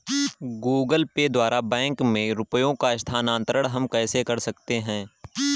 Google pay द्वारा bank में रुपयों का स्थानांतरण हम कैसे कर सकते हैं?